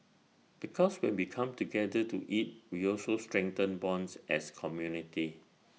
because when we come together to eat we also strengthen bonds as community